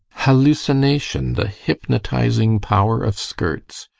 hallucination the hypnotising power of skirts!